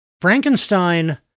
Frankenstein